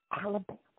Alabama